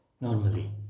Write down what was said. normally